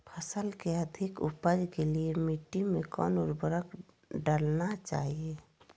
फसल के अधिक उपज के लिए मिट्टी मे कौन उर्वरक डलना चाइए?